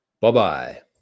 Bye-bye